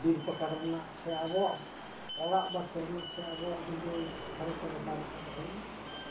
ᱵᱤᱨ ᱯᱟᱠᱟᱲ ᱨᱮᱱᱟᱜ ᱥᱮ ᱟᱵᱚᱣᱟᱜ ᱚᱲᱟᱜ ᱵᱟᱠᱷᱳᱞ ᱨᱮᱱᱟᱜ ᱥᱮ ᱟᱵᱚᱣᱟᱜ ᱚᱲᱟᱜ ᱰᱤᱸᱰᱟᱹ ᱫᱷᱟᱨᱮ ᱠᱚᱨᱮ ᱫᱟᱨᱮ ᱠᱚ ᱨᱚᱦᱚᱭᱢᱟ ᱟᱨ